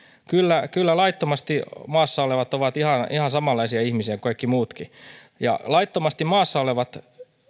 kyllä kyllä laittomasti maassa olevat ovat ihan ihan samanlaisia ihmisiä kuin kaikki muutkin laittomasti maassa olevat